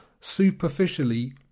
superficially